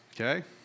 okay